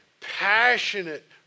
passionate